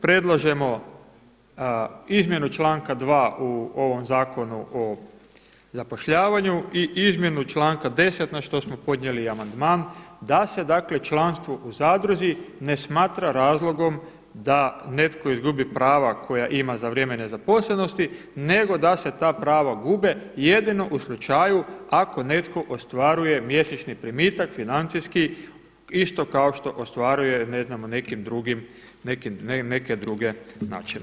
Predlažemo izmjenu članka 2 u ovom Zakonu o zapošljavanju i izmjenu članka 10. na što smo podnijeli i amandman da se dakle članstvo u zadruzi ne smatra razlogom da netko izgubi prava koja ima za vrijeme nezaposlenosti nego da se ta prava gube jedino u slučaju ako netko ostvaruje mjesečni primitak financijski isto kao što ostvaruje ne znamo nekim drugim, na neke druge načine.